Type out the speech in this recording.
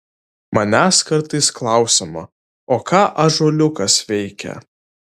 manęs kartais klausiama o ką ąžuoliukas veikia